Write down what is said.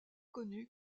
connue